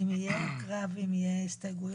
תהיה הקראה והסתייגויות?